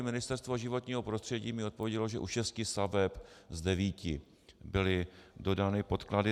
Ministerstvo životního prostředí mi odpovědělo, že u šesti staveb z devíti byly dodány podklady.